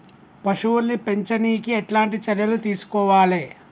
పశువుల్ని పెంచనీకి ఎట్లాంటి చర్యలు తీసుకోవాలే?